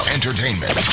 Entertainment